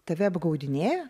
tave apgaudinėjo